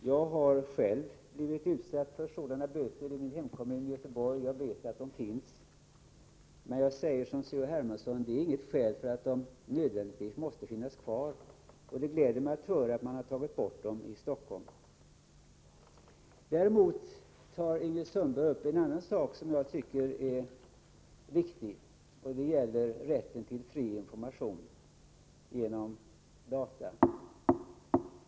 Jag har själv blivit utsatt för sådana böter i min hemkommun Göteborg — jag vet att de finns. Men jag säger som C.-H. Hermansson att det är inget skäl för att de nödvändigtvis måste finnas kvar. Det gläder mig att höra att man tagit bort dem i Stockholm. Ingrid Sundberg tog också upp en annan sak som jag tycker är viktig, nämligen rätten till fri information genom data.